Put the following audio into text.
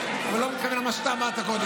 אתה לא מתכוון למה שאמרת?